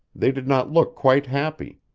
they did not look quite happy.